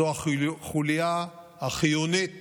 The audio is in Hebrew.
זו החוליה החיונית